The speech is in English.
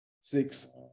six